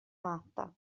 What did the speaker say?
matta